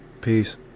Peace